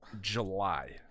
July